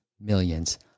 millions